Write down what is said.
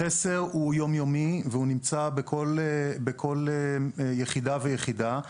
החסר הוא יום-יומי, והוא נמצא בכל יחידה ויחידה.